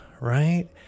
right